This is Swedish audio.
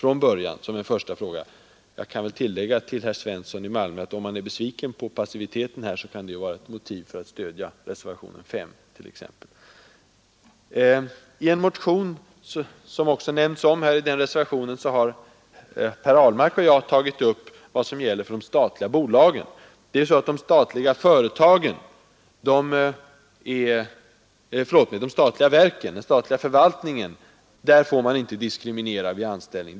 Jag kan till herr Svensson i Malmö tillägga, att om han är besviken på passiviteten kan det vara ett motiv för att stödja reservationen 5. I en motion, som också nämns i denna reservation, har herr Ahlmark och jag tagit upp vad som gäller för de statliga bolagen. De statliga verken får inte diskriminera vid anställning.